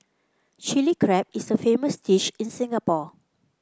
Chilli Crab is a famous dish in Singapore